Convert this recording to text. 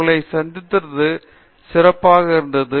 உங்களை சந்தித்தது சிறப்பாக இருந்தது